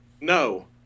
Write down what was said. no